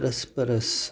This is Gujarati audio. અરસ પરસ